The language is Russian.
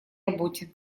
работе